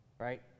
right